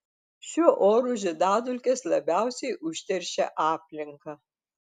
šiuo oru žiedadulkės labiausiai užteršia aplinką